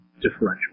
differential